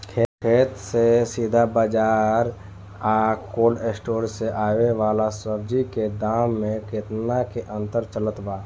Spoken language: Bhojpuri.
खेत से सीधा बाज़ार आ कोल्ड स्टोर से आवे वाला सब्जी के दाम में केतना के अंतर चलत बा?